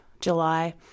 July